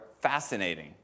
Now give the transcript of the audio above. fascinating